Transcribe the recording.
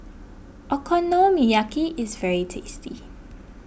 Okonomiyaki is very tasty